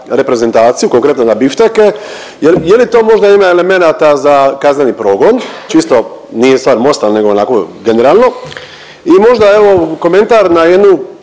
reprezentaciju, konkretno na bifteke, je li to možda ima elemenata za kazneni progon, čisto nije stvar Mosta nego onako generalno? I možda evo komentar na jednu